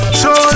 show